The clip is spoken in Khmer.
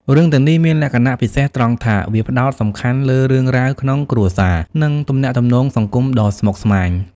រឿងទាំងនេះមានលក្ខណៈពិសេសត្រង់ថាវាផ្តោតសំខាន់លើរឿងរ៉ាវក្នុងគ្រួសារ និងទំនាក់ទំនងសង្គមដ៏ស្មុគស្មាញ។